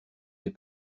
des